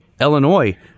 Illinois